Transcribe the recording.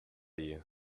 you